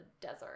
desert